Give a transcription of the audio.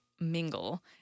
mingle